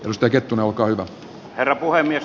mustaketun okaita herra puhemies